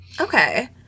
Okay